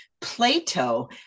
Plato